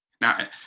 Now